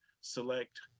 select